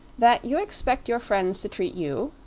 that you expect your friends to treat you?